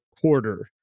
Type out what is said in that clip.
quarter